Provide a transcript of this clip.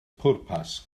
pwrpas